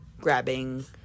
grabbing